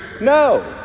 No